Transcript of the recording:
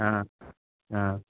आं आं